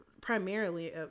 primarily